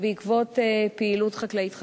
בעקבות פעילות חקלאית חדשה.